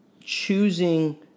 choosing